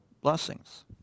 blessings